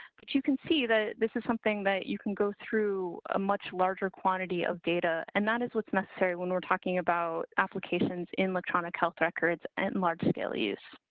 but you can see that. this is something that you can go through a much larger quantity of data. and that is what's necessary. when we're talking about applications, electronic health records and large scale use.